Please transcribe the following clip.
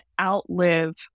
outlive